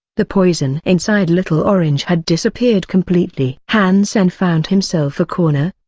the poison inside little orange had disappeared completely. han sen found himself a corner,